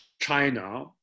China